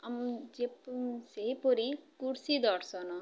ଆମ ଯେ ସେହିପରି କୃଷି ଦର୍ଶନ